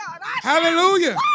Hallelujah